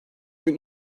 bin